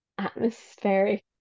atmospheric